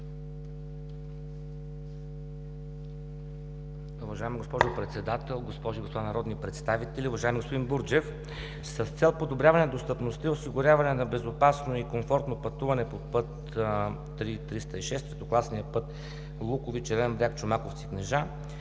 Уважаема госпожо Председател, госпожи и господа народни представители! Уважаеми господин Бурджев, с цел подобряване достъпността и осигуряване на безопасно и комфортно пътуване по път III-306, третокласния път Луковит – Червен бряг – Чомаковци – Кнежа,